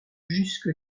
jusque